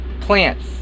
Plants